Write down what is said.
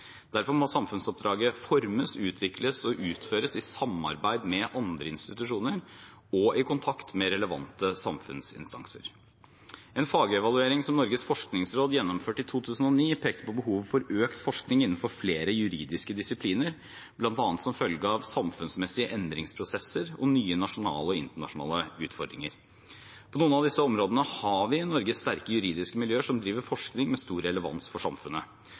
Derfor må samfunnsoppdraget formes, utvikles og utføres i samarbeid med andre institusjoner og i kontakt med relevante samfunnsinstanser. En fagevaluering som Norges forskningsråd gjennomførte i 2009, pekte på behovet for økt forskning innenfor flere juridiske disipliner, bl.a. som følge av samfunnsmessige endringsprosesser og nye nasjonale og internasjonale utfordringer. På noen av disse områdene har vi i Norge sterke juridiske miljøer som driver med forskning med stor relevans for samfunnet.